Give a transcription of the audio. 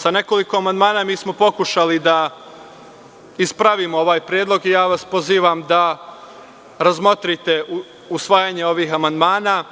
Sa nekoliko amandmana mi smo pokušali da ispravimo ovaj predlog i pozivam vas da razmotrite usvajanje ovih amandmana